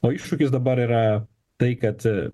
o iššūkis dabar yra tai kad